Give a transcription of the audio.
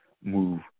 move